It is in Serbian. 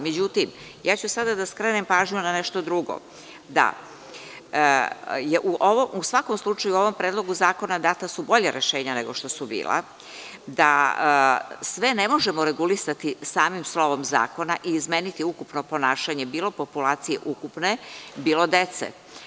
Međutim, ja ću sada da skrenem pažnju na nešto drugo, da je u svakom slučaju u ovom predlogu zakona data su bolja rešenja nego što su bila, da sve ne možemo regulisati samim slovom zakona i izmeniti ukupno ponašanje bilo populacije ukupne, bilo dece.